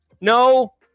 no